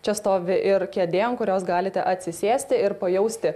čia stovi ir kėdė ant kurios galite atsisėsti ir pajausti